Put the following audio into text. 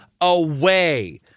away